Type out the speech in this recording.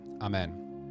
Amen